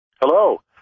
Hello